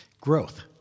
Growth